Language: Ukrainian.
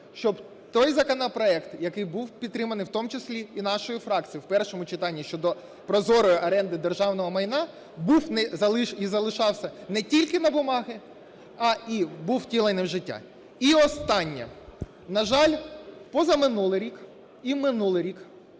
щоб той законопроект, який був підтриманий в тому числі і нашою фракцією в першому читанні щодо прозорої оренди державного майна, був і залишався не тільки на бумаге, а і був втілений в життя. І останнє. На жаль, позаминулий і минулий рік